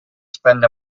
spend